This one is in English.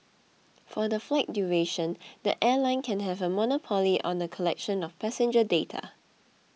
for the flight duration the airline can have a monopoly on the collection of passenger data